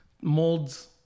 molds